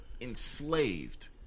Enslaved